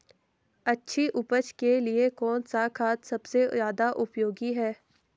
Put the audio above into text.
अच्छी उपज के लिए कौन सा खाद सबसे ज़्यादा उपयोगी है?